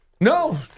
No